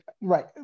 right